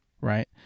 right